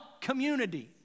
Community